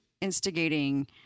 instigating